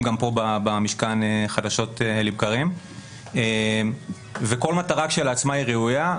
גם פה במשכן חדשות לבקרים וכל מטרה כשלעצמה היא ראויה,